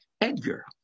Edgar